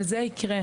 אבל זה יקרה,